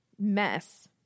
mess